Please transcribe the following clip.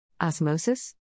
Osmosis